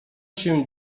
się